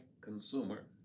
consumer